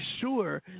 sure